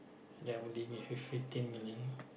that would leave me fif~ fifteen million